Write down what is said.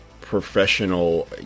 professional